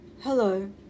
Hello